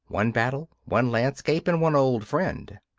one battle, one landscape, and one old friend.